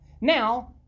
Now